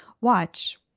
Watch